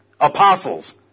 apostles